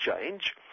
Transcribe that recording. change